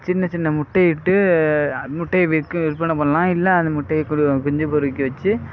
சின்னச்சின்ன முட்டை இட்டு முட்டையை விற்பனை பண்ணலாம் இல்லை அந்த முட்டையை குஞ்சு பொறிக்க வச்சு